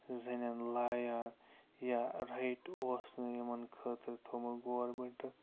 زنٮ۪ن لایان یا رایٹ اوس نہٕ یِمن خٲطرٕ تھوٚمُت گورمِنٛٹن